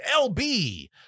LB